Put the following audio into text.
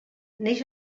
neix